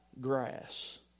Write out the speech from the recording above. grass